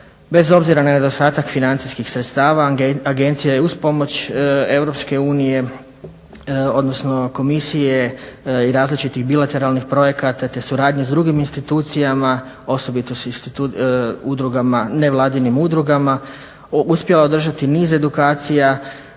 Bez obzira na nedostatak financijskih sredstava agencija je uz pomoć EU odnosno komisije i različitih bilateralnih projekata te suradnje s drugim institucijama osobito s nevladinim udrugama uspjela održati niz edukacija